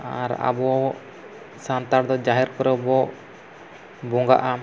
ᱟᱨ ᱟᱵᱚ ᱥᱟᱱᱛᱟᱲᱫᱚ ᱡᱟᱦᱮᱨ ᱠᱚᱨᱮᱵᱚ ᱵᱚᱸᱜᱟᱜᱼᱟ